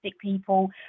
people